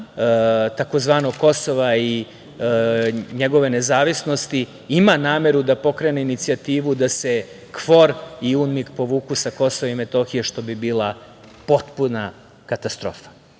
tzv. Kosova“ i njegove nezavisnosti ima nameru da pokrene inicijativu da se KFOR i UNMIK povuku sa Kosova i Metohije, što bi bila potpuna katastrofa.U